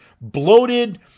bloated